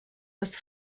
das